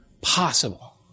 possible